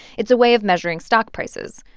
it's a way of measuring stock prices.